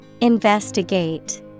Investigate